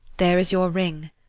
there is your ring,